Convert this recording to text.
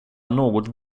något